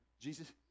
Jesus